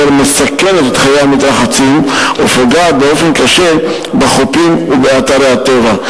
אשר מסכנת את חיי המתרחצים ופוגעת באופן קשה בחופים ובאתרי הטבע.